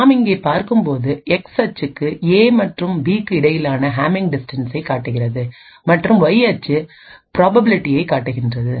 நாம் இங்கே பார்க்கும்போது எக்ஸ் அச்சு ஏ மற்றும் பிக்கு இடையிலான ஹமிங் டிஸ்டன்ஸ் காட்டுகிறது மற்றும் Y அச்சு பிராபபிலிடியை காட்டுகிறது